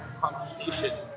conversation